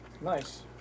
Nice